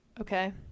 Okay